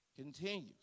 continues